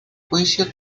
juicio